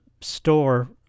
store